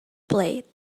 blades